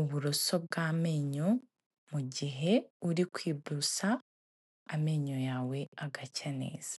uburoso bw' amenyo mu gihe uri kwiborosa, amenyo yawe agacya neza.